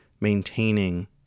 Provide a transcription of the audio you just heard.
maintaining